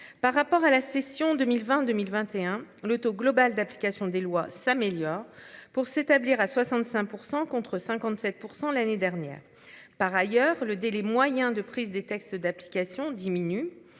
Par rapport à la session 2022 1021, le taux global d'application des lois s'améliore pour s'établir à 65% contre 57% l'année dernière. Par ailleurs, le délai moyen de prise des textes d'application diminue,